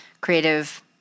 creative